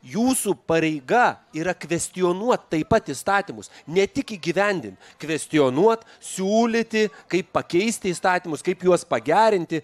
jūsų pareiga yra kvestionuot taip pat įstatymus ne tik įgyvendint kvestionuot siūlyti kaip pakeisti įstatymus kaip juos pagerinti